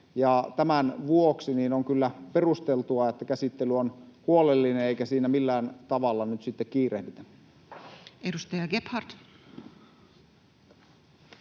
Tämän vuoksi on kyllä perusteltua, että käsittely on huolellinen eikä siinä millään tavalla nyt sitten kiirehditä.